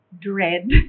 dread